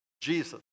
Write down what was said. Jesus